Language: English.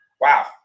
wow